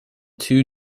two